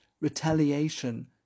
retaliation